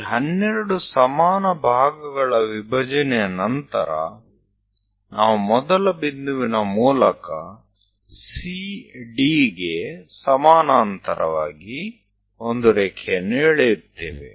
ಈ 12 ಸಮಾನ ಭಾಗಗಳ ವಿಭಜನೆಯ ನಂತರ ನಾವು ಮೊದಲ ಬಿಂದುವಿನ ಮೂಲಕ CDಗೆ ಸಮಾನಾಂತರವಾಗಿ ಒಂದು ರೇಖೆಯನ್ನು ಎಳೆಯುತ್ತೇವೆ